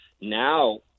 Now